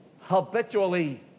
habitually